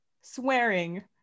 swearing